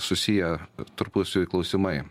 susiję tarpusavy klausimai